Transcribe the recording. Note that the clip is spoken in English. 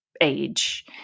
age